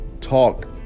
talk